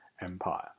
Empire